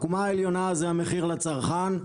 העקומה העליונה זה המחיר לצרכן.